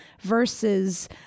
versus